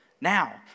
Now